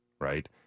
right